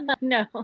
No